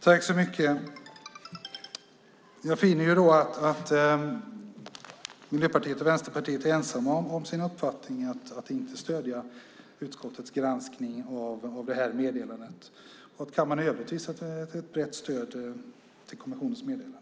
Fru talman! Jag finner att Miljöpartiet och Vänsterpartiet är ensamma i sin uppfattning att inte stödja utskottets granskning av detta meddelande. I övrigt har kammaren visat ett brett stöd för kommissionens meddelande.